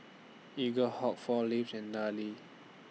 Eaglehawk four Leaves and Darlie